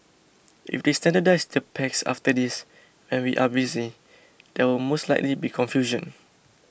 if they standardise the packs after this when we are busy there will most likely be confusion